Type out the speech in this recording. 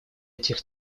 этих